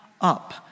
up